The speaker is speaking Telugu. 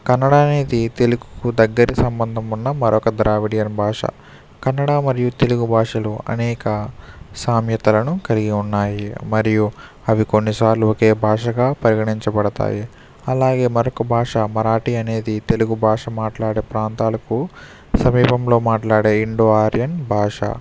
కన్నడ అనేది తెలుగుకు దగ్గర సంబంధం ఉన్న మరొక ద్రావిడియన్ భాష కన్నడ మరియు తెలుగు భాషలో అనేక సామెతలను కలిగి ఉన్నాయి మరియు అవి కొన్నిసార్లు ఒకే భాషగా పరిగణించబడతాయి అలాగే మరొక భాష మరాఠీ అనేది తెలుగు భాష మాట్లాడే ప్రాంతాలకు సమీపంలో మాట్లాడే ఇండో ఆర్యన్ భాష